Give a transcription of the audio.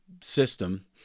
system